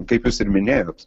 kaip jūs ir minėjot